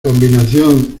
combinación